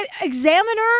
examiner